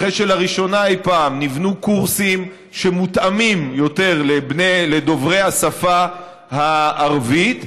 אחרי שלראשונה אי-פעם נבנו קורסים שמותאמים יותר לדוברי השפה הערבית,